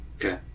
Okay